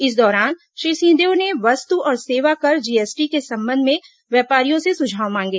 इस दौरान श्री सिंहदेव ने वस्तु और सेवा कर जीएसटी के संबंध में व्यापारियों से सुझाव मांगे